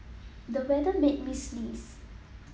the weather made me sneeze